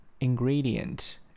Ingredient